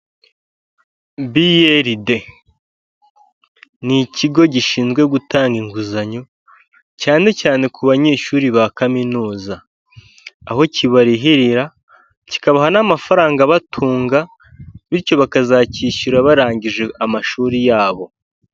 BRD n'ikigo gishinzwe gutanga inguzanyo cyane cyane ku banyeshuri ba kaminuza aho kibarihirira kikabaha n'amafaranga abatunga bityo bakazacyishyura barangije amashuri yabo